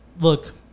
look